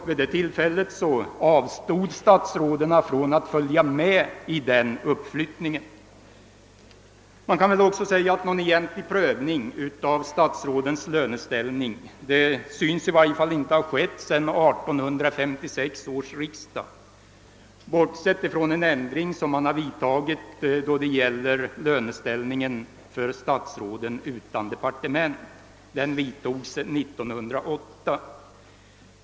Vid det tillfället avstod alltså statsråden från att följa med i uppflyttningen. Någon egentlig prövning av statsrådens löneställning synes inte ha företagits sedan 1856 års riksdag, bortsett från en ändring av löneställningen för statsråden utan departement som vidtogs år 1908.